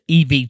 EV